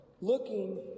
looking